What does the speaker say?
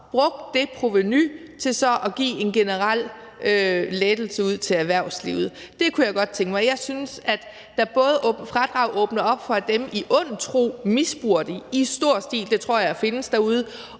brugt det provenu til at give en generel lettelse til erhvervslivet. Det kunne jeg godt tænke mig. Jeg synes, at fradrag både åbner op for, at dem, der handler i ond tro, misbruger det i stor stil – det tror jeg findes derude